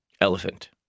Elephant